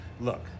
look